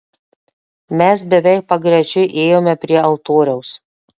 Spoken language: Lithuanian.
mes beveik pagrečiui ėjome prie altoriaus